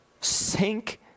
sink